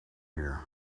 here